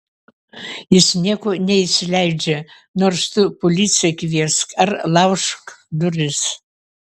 jis nieko neįsileidžia nors tu policiją kviesk ar laužk duris